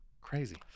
Crazy